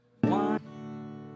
One